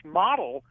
model